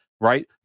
right